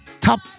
top